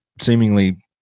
seemingly